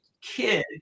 kid